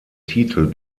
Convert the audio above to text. titel